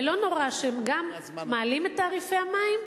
ולא נורא שגם מעלים את תעריפי המים,